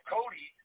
Cody